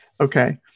Okay